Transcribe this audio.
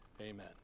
Amen